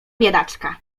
biedaczka